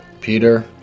Peter